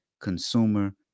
consumer